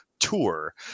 Tour